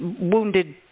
wounded